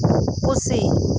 ᱯᱩᱥᱤ